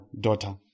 daughter